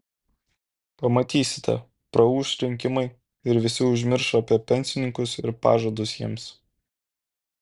pamatysite praūš rinkimai ir visi užmirš apie pensininkus ir pažadus jiems